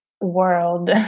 world